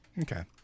Okay